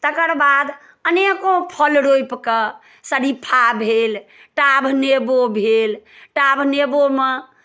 तकर बाद अनेको फल रोपि कऽ सरीफा भेल टाभ नेबो भेल टाभ नेबोमे